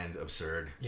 absurd